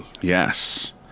Yes